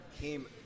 came